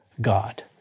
God